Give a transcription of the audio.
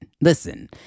listen